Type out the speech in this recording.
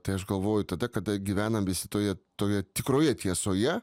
tai aš galvoju tada kada gyvenam visi toje toje tikroje tiesoje